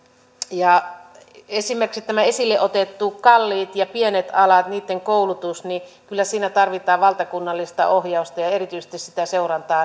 esimerkiksi nämä esille otetut kalliit ja pienet alat niille koulutus kyllä siinä tarvitaan valtakunnallista ohjausta ja ja erityisesti sitä seurantaa